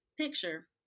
picture